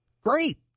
Great